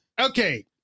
Okay